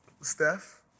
Steph